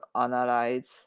analyze